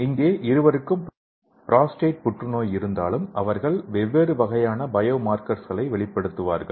இங்கே இருவருக்கும் புரோஸ்டேட் புற்றுநோய் இருந்தாலும் அவர்கள் வெவ்வேறு வகையான பயோமார்க்ஸர்களை வெளிப்படுத்துவார்கள்